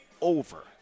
over